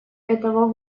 этого